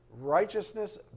Righteousness